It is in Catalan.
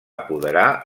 apoderar